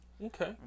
okay